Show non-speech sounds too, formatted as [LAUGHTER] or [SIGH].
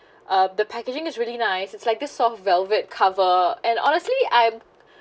[BREATH] uh the packaging is really nice it's like this soft velvet cover and honestly I'm